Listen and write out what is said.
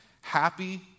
Happy